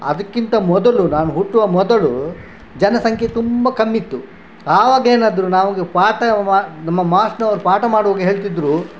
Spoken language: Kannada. ಅದಕ್ಕಿಂತ ಮೊದಲು ನಾನು ಹುಟ್ಟುವ ಮೊದಲು ಜನಸಂಖ್ಯೆ ತುಂಬ ಕಮ್ಮಿಯಿತ್ತು ಆವಾಗೇನಾದರೂ ನಮಗೆ ಪಾಠ ಮಾ ನಮ್ಮ ಮಾಸ್ಟ್ರು ಅವ್ರು ಪಾಠ ಮಾಡುವಾಗ ಹೇಳ್ತಿದ್ದರು